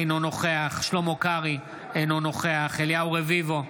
אינו נוכח שלמה קרעי, אינו נוכח אליהו רביבו,